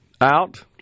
out